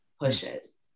pushes